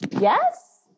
yes